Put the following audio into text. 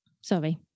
Sorry